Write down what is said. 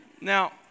Now